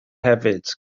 hefyd